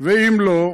ואם לא,